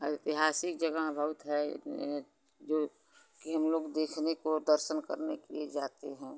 और ऐतिहासिक जगह बहुत है जो कि हम लोग देखने को दर्शन करने के लिए जाते हैं